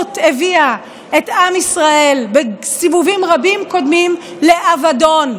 הקנאות הביאה את עם ישראל בסיבובים קודמים רבים לאבדון,